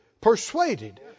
persuaded